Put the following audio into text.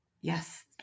yes